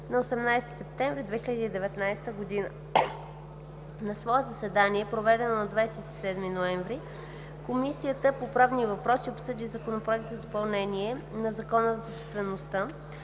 на 18 септември 2019 г. На свое заседание, проведено на 27 ноември 2019 г., Комисията по правни въпроси обсъди Законопроект за допълнение на Закона за собствеността,